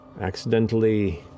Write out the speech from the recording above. accidentally